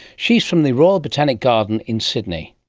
she's from the royal botanic garden in sydney.